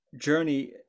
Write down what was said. journey